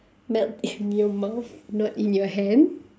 melt in your mouth not in your hand